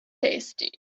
tasty